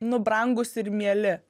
nu brangūs ir mieli